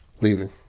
leaving